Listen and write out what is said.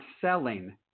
selling